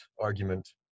argument